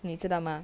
你知道吗